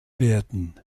werden